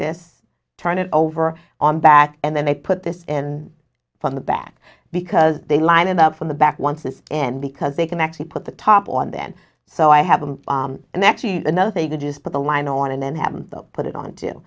this turn it over on back and then they put this in from the back because they line up from the back once this end because they can actually put the top on then so i have them and then another thing to do is put the line on and then have them put it on t